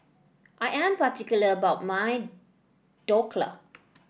I am particular about my Dhokla